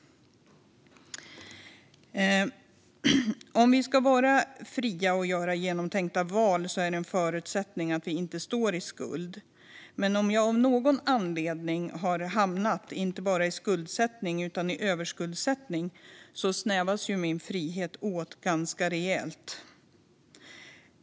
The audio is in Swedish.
Om vi ska vara fria och göra genomtänkta val är det en förutsättning att vi inte står i skuld. Men om jag av någon anledning har hamnat inte bara i skuldsättning utan även i överskuldsättning snävas min frihet in ganska rejält.